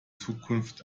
zukunft